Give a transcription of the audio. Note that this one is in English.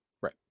Right